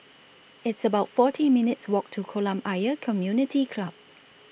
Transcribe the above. It's about forty minutes' Walk to Kolam Ayer Community Club